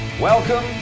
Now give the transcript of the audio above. Welcome